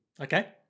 Okay